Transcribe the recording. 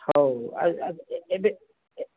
ହଉ ଆଉ ଏବେ ଏ